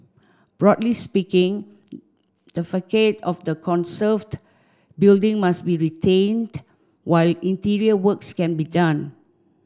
broadly speaking the facade of the conserved building must be retained while interior works can be done